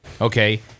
Okay